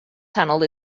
tunnel